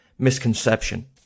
misconception